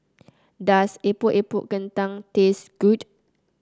does Epok Epok Kentang taste good